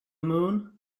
moon